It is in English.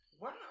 Wow